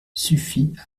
suffit